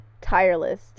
Tireless